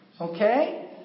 Okay